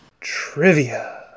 Trivia